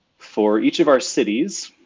for each of our cities,